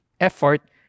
effort